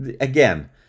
again